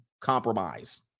compromise